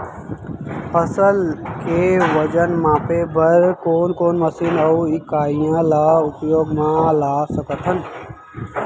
फसल के वजन मापे बर कोन कोन मशीन अऊ इकाइयां ला उपयोग मा ला सकथन?